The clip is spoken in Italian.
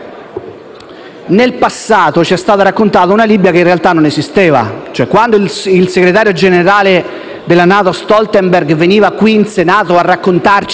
In passato c'è stata raccontata una Libia che in realtà non esisteva. Quando il segretario generale della NATO Stoltenberg veniva qui in Senato a raccontarci